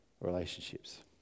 relationships